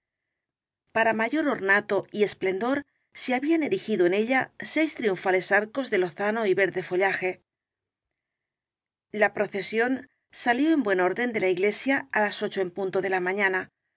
para mayor ornato y esplendor se habían eri gido en ella seis triunfales arcos de lozano y verde follaje la procesión salió en buen oren de la iglesia á las ocho en punto de la mañana